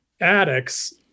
addicts